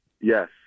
Yes